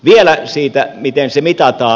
vielä siitä miten se mitataan